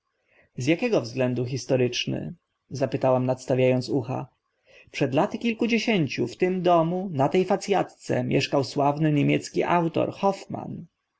z akiego względu historyczny zapytałam nadstawia ąc ucha przed laty kilkudziesięciu w tym domu na te fac atce mieszkał sławny niemiecki autor hoffmann